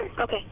Okay